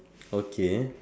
okay